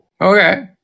Okay